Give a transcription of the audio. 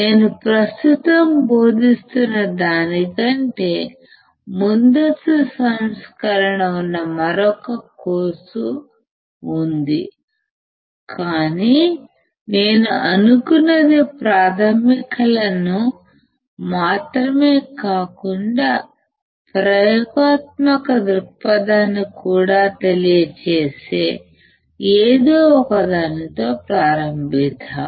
నేను ప్రస్తుతం బోధిస్తున్న దానికంటే ముందస్తు సంస్కరణ ఉన్న మరొక కోర్సు ఉంది కాని నేను అనుకున్నది ప్రాథమికలను మాత్రమే కాకుండా ప్రయోగాత్మక దృక్పథాన్ని కూడా తెలియ చేసే ఏదో ఒకదానితో ప్రారంభిద్దాం